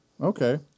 okay